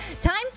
Time